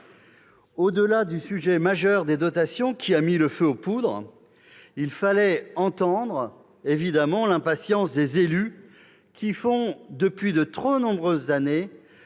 Au-delà du sujet majeur des dotations qui a mis le feu aux poudres, il fallait évidemment entendre l'impatience des élus qui font, depuis de nombreuses années,